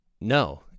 No